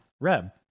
Reb